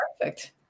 Perfect